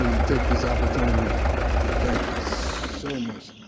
to take this opportunity to thank you so much